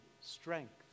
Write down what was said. strength